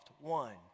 One